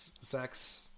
sex